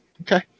Okay